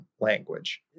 language